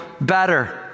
better